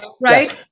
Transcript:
right